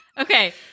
Okay